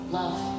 love